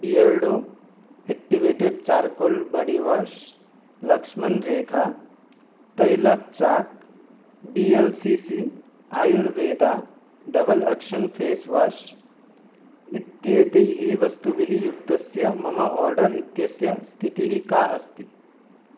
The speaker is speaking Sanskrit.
Beardo activated charcoal body wash Lakshman Rekha तैलपः chalk B L C C Ayurveda double action face wash इत्येतैः वस्तुभिः युक्तस्य मम आर्डर् इत्यस्य स्थितिः का अस्ति